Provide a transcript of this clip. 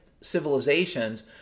civilizations